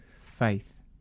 faith